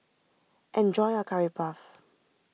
enjoy your Curry Puff